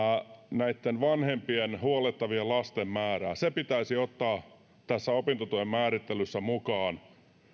näitten vanhempien huollettavien lasten määrää niin se pitäisi ottaa tässä opintotuen määrittelyssä mukaan